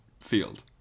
field